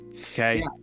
Okay